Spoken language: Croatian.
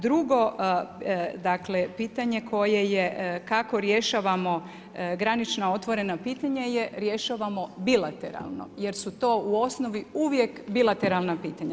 Drugo, dakle, pitanje koje je, kako rješavamo, granična otvorena pitanje, je rješavamo bilateralno, jer su to u osnovi uvijek bilateralna pitanja.